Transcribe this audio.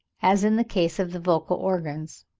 as in the case of the vocal organs.